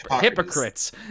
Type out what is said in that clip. hypocrites